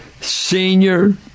senior